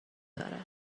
دارد